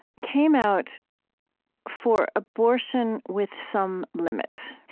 came out for abortion with some limits,